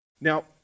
Now